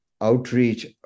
outreach